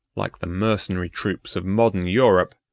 like the mercenary troops of modern europe,